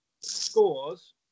scores